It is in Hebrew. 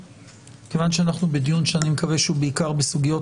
כיוון שאנחנו בדיון שאני מקווה שהוא בעיקר בסוגיות